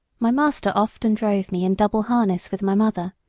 my master often drove me in double harness with my mother,